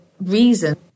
reason